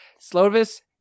Slovis